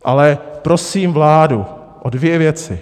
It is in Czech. Ale prosím vládu o dvě věci.